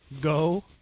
go